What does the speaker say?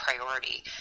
priority